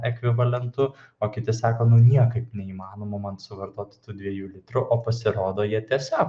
ekvivalentu o kiti sako nu niekaip neįmanoma man suvartoti tų dviejų litrų o pasirodo jie tiesiog